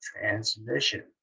transmission